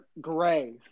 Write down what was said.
gray